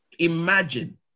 Imagine